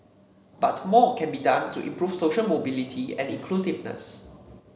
but more can be done to improve social mobility and inclusiveness